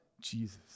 Jesus